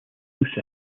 loose